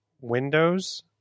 Windows